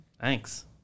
Thanks